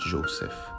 Joseph